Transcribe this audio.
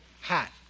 Hat